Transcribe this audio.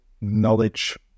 knowledge